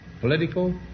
political